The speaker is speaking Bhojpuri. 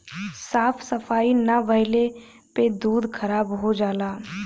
साफ सफाई ना भइले पे दूध खराब हो जाला